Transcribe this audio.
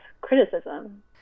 criticism